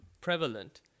prevalent